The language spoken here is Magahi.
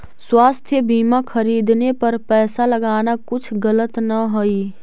स्वास्थ्य बीमा खरीदने पर पैसा लगाना कुछ गलत न हई